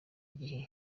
gihe